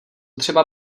třeba